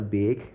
big